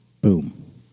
Boom